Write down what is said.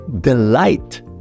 delight